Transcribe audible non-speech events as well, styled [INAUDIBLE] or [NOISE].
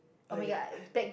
oh ya [BREATH]